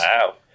Wow